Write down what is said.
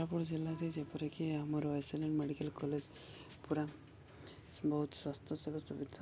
କୋରାପୁଟ ଜିଲ୍ଲାରେ ଯେପରିକି ଆମର S L N medical college ପୁରା ବହୁତ ସ୍ୱାସ୍ଥ୍ୟ ସେବା ସୁବିଧା